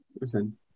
Listen